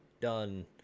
done